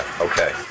okay